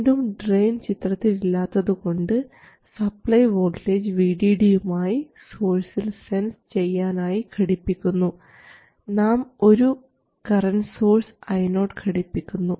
വീണ്ടും ഡ്രെയിൻ ചിത്രത്തിൽ ഇല്ലാത്തതുകൊണ്ട് സപ്ലൈ വോൾട്ടേജ് VDD യുമായി സോഴ്സിൽ സെൻസ് ചെയ്യാനായി ബന്ധിപ്പിക്കുന്നു നാം ഒരു കറൻറ് സോഴ്സ് Io ഘടിപ്പിക്കുന്നു